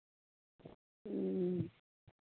ᱦᱩᱸ